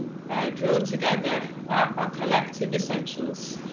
draw together ah collective essentials